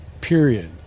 Period